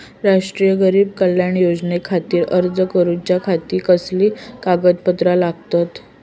राष्ट्रीय गरीब कल्याण योजनेखातीर अर्ज करूच्या खाती कसली कागदपत्रा लागतत?